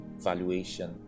valuation